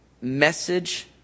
message